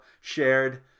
shared